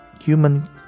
human